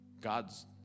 God's